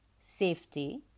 safety